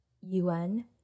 un